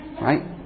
right